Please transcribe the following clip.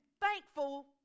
thankful